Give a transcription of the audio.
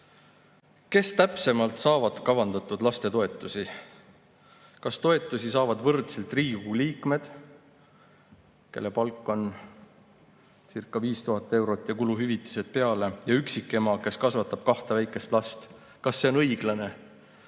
"Kes, täpsemalt, saavad kavandatud lastetoetusi? Kas toetusi saavad võrdselt Riigikogu liikmed, kelle palk on [4746 eurot + 30% kuluhüvitisi] ja üksikema, kes kasvatab kahte väikest last? Kas see on õiglane?"